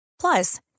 Plus